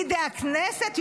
פקידי הכנסת,